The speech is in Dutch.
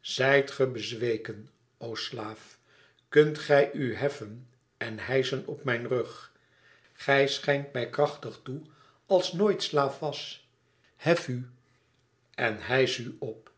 zijt gij bezweken o slaaf kunt gij u heffen en hijschen op mijn rug gij schijnt mij krachtig toe als nooit slaaf was hef u en hijsch u op